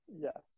Yes